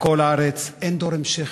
בכל הארץ אין דור המשך.